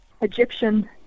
Egyptian